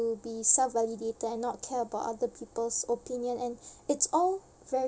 be self-validated and not care about other people's opinion and it's all ve~